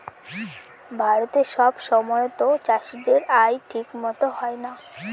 ভারতে সব সময়তো চাষীদের আয় ঠিক মতো হয় না